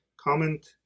comment